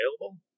available